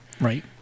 Right